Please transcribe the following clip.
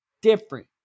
Different